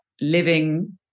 living